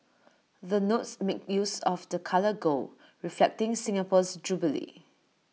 the notes make use of the colour gold reflecting Singapore's jubilee